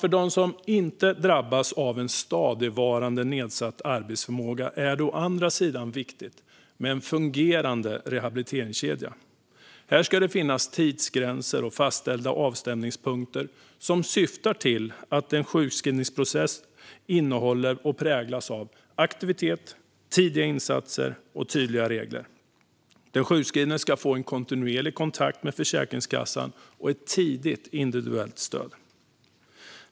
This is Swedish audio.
För dem som inte drabbas av en stadigvarande nedsatt arbetsförmåga är det viktigt med en fungerande rehabiliteringskedja. Det ska finnas tidsgränser och fastställda avstämningspunkter som syftar till att en sjukskrivningsprocess innehåller och präglas av aktivitet, tidiga insatser och tydliga regler. Den sjukskrivne ska få en kontinuerlig kontakt med Försäkringskassan och ett tidigt individuellt stöd.